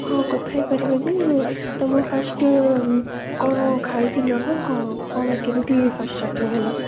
ହଁ କଥା ହେଇପାରିବା ଯେ ତୁମ ଫାଷ୍ଟ୍ କ'ଣ ଖାଇଥିଲ ନା କ'ଣ କ'ଣ କେମିତି ଫାଷ୍ଟ୍ ଷ୍ଟାର୍ଟିଙ୍ଗ୍ ହେଲା